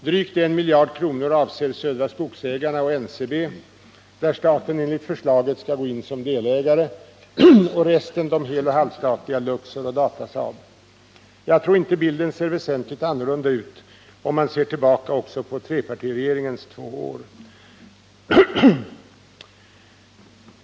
Drygt 1 miljard kronor avser Södra Skogsägarna och NCB, där staten enligt förslaget skall gå in som delägare, och resten de heloch halvstatliga Luxor och Datasaab. Jag tror inte bilden ser väsentligt annorlunda ut om man ser tillbaka också på trepartiregeringens två år.